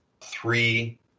three